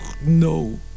No